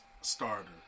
starter